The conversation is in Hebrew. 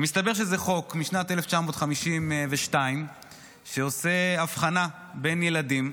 מסתבר שזה חוק משנת 1952 שעושה הבחנה בין ילדים,